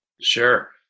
Sure